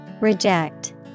Reject